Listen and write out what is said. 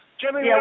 Jimmy